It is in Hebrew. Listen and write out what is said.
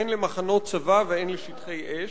הן למחנות צבא והן לשטחי אש,